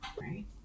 Right